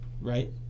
right